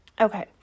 Okay